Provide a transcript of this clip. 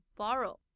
borrow